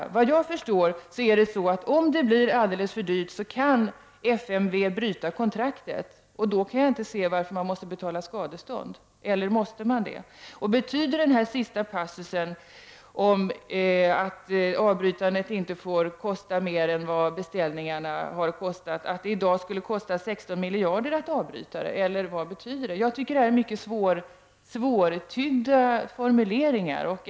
Såvitt jag förstår kan FMV bryta kontraktet om det blir alldeles för dyrt. Jag kan inte se varför man då skulle betala skadestånd, eller måste man det? Betyder passusen i försvarsministerns svar om att avbrytandet inte får kosta mer än vad beställningarna har kostat att det i dag skulle kosta 16 miljarder att avbryta projektet, eller vad betyder den? Jag tycker att det är mycket svårtydda formuleringar.